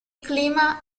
clima